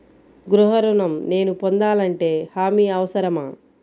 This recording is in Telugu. గృహ ఋణం నేను పొందాలంటే హామీ అవసరమా?